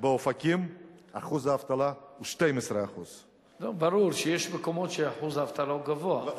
באופקים אחוז האבטלה הוא 12%. ברור שיש מקומות שאחוז האבטלה הוא גבוה.